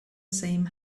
same